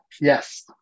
yes